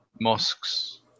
mosques